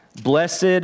blessed